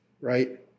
right